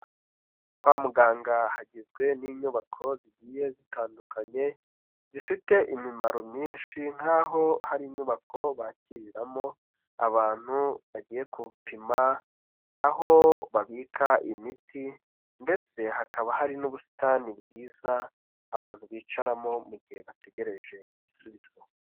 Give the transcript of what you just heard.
Kwa muganga hagizwe n'inyubako zigiye zitandukanye zifite imimaro myinshi nkaho hari inyubako bakiriramo abantu bagiye gupima, aho babika imiti ndetse hakaba hari n'ubusitani bwiza abantu bicaramo mu gihe bategereje ibisubizo.